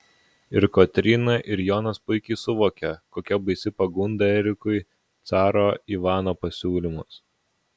ir kotryna ir jonas puikiai suvokia kokia baisi pagunda erikui caro ivano pasiūlymas